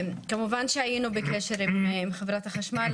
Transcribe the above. כמובן שהיינו בקשר עם חברת החשמל,